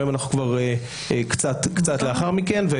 היום אנחנו כבר קצת לאחר מכן.